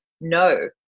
no